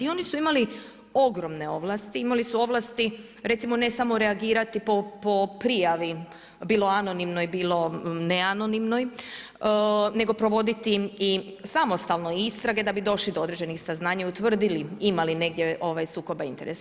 I oni su imali ogromne ovlasti, imali su ovlasti recimo ne samo reagirati po prijavu bili anonimno ili bili ne anonimnoj, nego provoditi i samostalno istrage da bi došli do određenih saznanja i utvrdili imali negdje sukoba interesa.